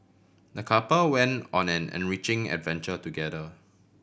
the couple went on an enriching adventure together